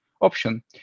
option